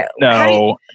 No